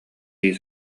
дии